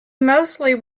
mostly